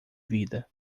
vida